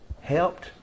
helped